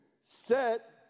set